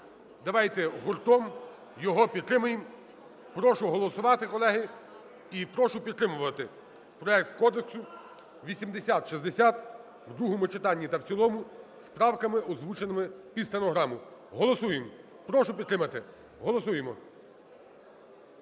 давайте гуртом його підтримаємо. Прошу голосувати, колеги. І прошу підтримувати проект Кодексу 8060 в другому читанні та в цілому з правками, озвученими під стенограму. Голосуємо. Прошу підтримати. Голосуємо.